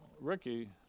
Ricky